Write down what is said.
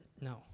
No